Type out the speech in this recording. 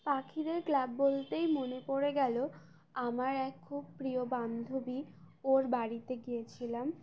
পাখিদের ক্লাব বলতেই মনে পড়ে গেল আমার এক খুব প্রিয় বান্ধবী ওর বাড়িতে গিয়েছিলাম